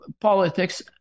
politics